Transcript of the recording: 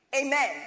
amen